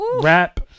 rap